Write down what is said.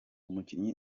mukinyi